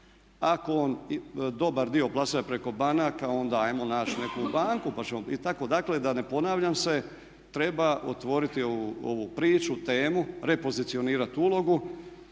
Ako on dobar dio plasira preko banaka, onda hajmo naći neku banku pa ćemo i tako da ne ponavljam se. Treba otvoriti ovu priču, temu, repozicionirat ulogu